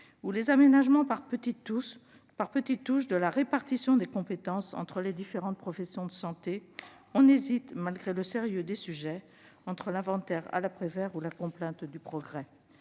ou les aménagements par petites touches de la répartition des compétences entre les différentes professions de santé, on hésite, malgré le sérieux des sujets, entre l'inventaire à la Prévert et la complainte du progrès